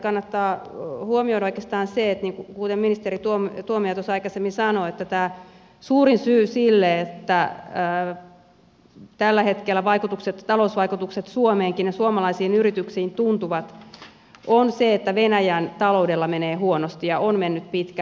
kannattaa huomioida oikeastaan se kuten ministeri tuomioja tuossa aikaisemmin sanoi että tämä suurin syy siihen että tällä hetkellä talousvaikutukset suomeenkin ja suomalaisiin yrityksiin tuntuvat on se että venäjän taloudella menee huonosti ja on mennyt pitkään